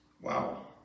Wow